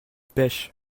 pêche